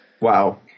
Wow